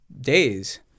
days